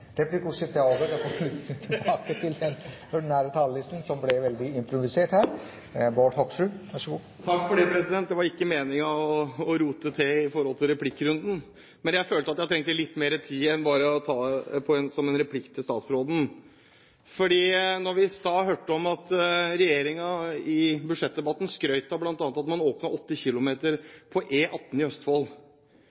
Replikkordskiftet er over. Da går vi tilbake til den ordinære talerlisten, som nå ble veldig improvisert. De talerne som heretter får ordet, har en taletid på inntil 3 minutter. Det var ikke meningen å rote det til i forhold til replikkrunden, men jeg følte at jeg trengte litt mer tid enn bare å ta det som en replikk til statsråden. Vi hørte at regjeringen i budsjettdebatten skrøt av at man bl.a. åpnet 8 km